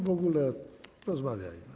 W ogóle rozmawiajmy.